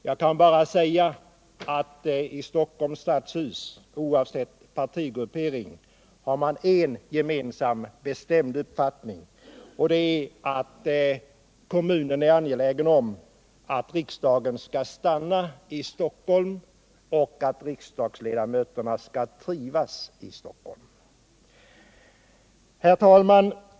Jag kan bara säga att man i Stockholms stadshus, oavsett partigruppering, har en gemensam bestämd uppfattning, nämligen att kommunen är angelägen om att riksdagen skall stanna i Stockholm och att riksdagsledamöterna skall trivas i Stockholm. Herr talman!